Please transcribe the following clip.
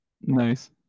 nice